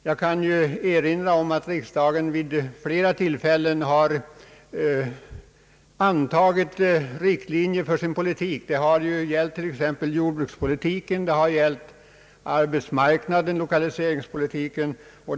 Jag kan erinra om att riksdagen vid flera tillfällen har antagit riktlinjer för sin politik, t.ex. i fråga om jordbrukspolitiken, arbetsmarknadspolitiken, lokaliseringspolitiken etc.